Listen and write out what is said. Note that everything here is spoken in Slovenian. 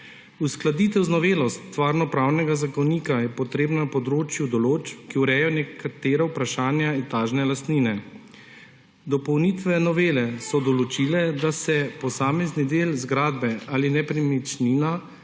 Uskladitev z novelo Stvarnopravnega zakonika je potrebna na področju določb, ki urejajo nekatera vprašanja etažne lastnine. Dopolnitve novele so določile, da se posamezni del zgradbe ali nepremičnina,